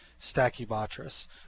stachybotrys